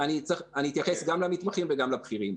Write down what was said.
אני אתייחס גם למתמחים וגם לבכירים.